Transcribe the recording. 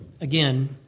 again